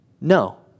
No